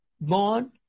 born